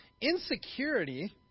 Insecurity